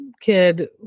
kid